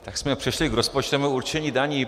Tak jsme přešli k rozpočtovému určení daní.